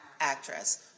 actress